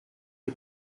are